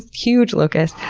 huge locusts.